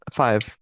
five